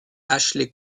ashley